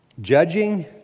Judging